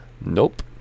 Nope